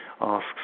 asks